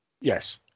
yes